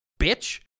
Bitch